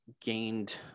gained